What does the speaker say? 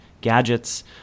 gadgets